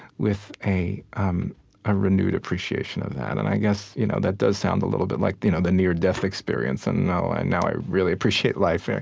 with a um a renewed appreciation of that. and i guess you know that does sound a little bit like the you know the near-death experience and now i now i really appreciate life. and